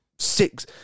Six